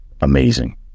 Amazing